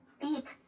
Beep